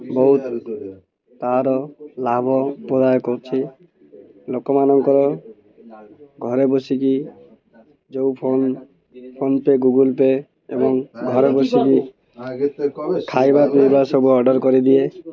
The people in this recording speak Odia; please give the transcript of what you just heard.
ବହୁତ ତା'ର ଲାଭ ପ୍ରଦାୟକ ଅଛି ଲୋକମାନଙ୍କର ଘରେ ବସିକି ଯେଉଁ ଫୋନ୍ ଫୋନ୍ପେ' ଗୁଗୁଲ୍ ପେ' ଏବଂ ଘରେ ବସିକି ଖାଇବା ପିଇବା ସବୁ ଅର୍ଡ଼ର୍ କରିଦିଏ